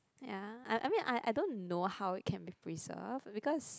ya I I mean I I don't know how it can be preserved because